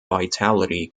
vitality